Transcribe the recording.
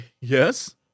Yes